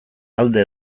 alde